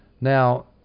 Now